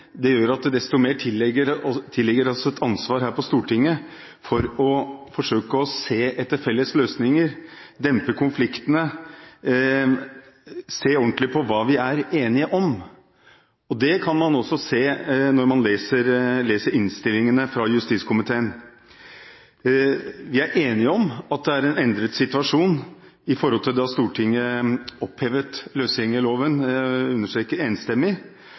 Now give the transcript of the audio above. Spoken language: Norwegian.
saken, gjør at det desto mer tilligger oss på Stortinget et ansvar for å forsøke å se etter felles løsninger, dempe konfliktene, se ordentlig på hva vi er enige om. Det kan man også se når man leser innstillingene fra justiskomiteen. Vi er enige om at situasjonen er endret i forhold til da Stortinget opphevet løsgjengerloven – jeg understreker at det var enstemmig